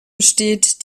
besteht